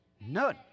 None